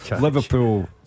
Liverpool